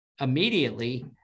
immediately